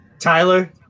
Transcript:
Tyler